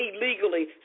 illegally